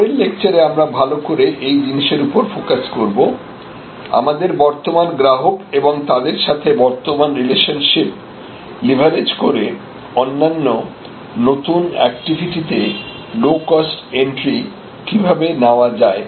পরের লেকচারে আমরা ভালো করে এই জিনিসের উপর ফোকাস করব আমাদের বর্তমান গ্রাহক এবং তাদের সাথে বর্তমান রিলেশনশীপ লিভারেজ করে অন্যান্য নতুন অ্যাকটিভিটিতে লো কস্ট এন্ট্রি কিভাবে নেওয়া যায়